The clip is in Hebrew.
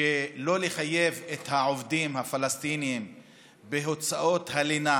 לא לחייב את העובדים הפלסטינים בהוצאות הלינה,